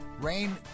Rain